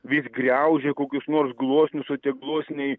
vis griaužia kokius nors gluosnius o tie gluosniai